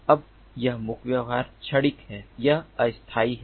अब यह मुक् व्यवहार क्षणिक है यह अस्थायी है